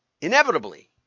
inevitably